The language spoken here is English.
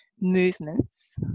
movements